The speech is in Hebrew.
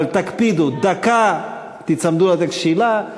אבל תקפידו: דקה לשאלה,